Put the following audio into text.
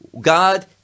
God